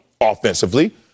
offensively